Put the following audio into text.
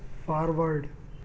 forward